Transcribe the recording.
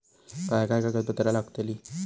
काय काय कागदपत्रा लागतील?